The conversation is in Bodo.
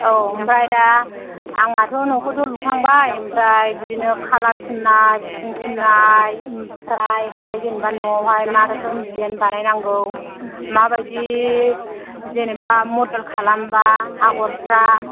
औ ओमफ्राइ दा आंहाथ' न'खौथ' लुखांबाय ओमफ्राइ बिदिनो खालार फुननाय रं फुननाय ओमफ्राइ हाय जेनबा न'आव हाय मा रोखोम दिजेन बानाय नांगौ माबायदि जेनोबा मदेल खालामबा आगरफ्रा